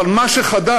אבל מה שחדש,